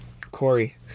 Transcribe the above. Corey